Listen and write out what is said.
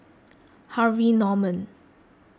Harvey Norman